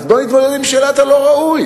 אז בואו נתמודד עם שאלת הלא-ראוי,